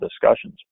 discussions